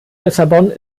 lissabon